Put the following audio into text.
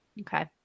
Okay